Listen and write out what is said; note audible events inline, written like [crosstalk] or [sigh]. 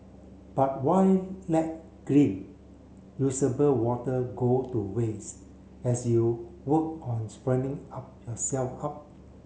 but why let clean usable water go to waste as you work on [unintelligible] up yourself up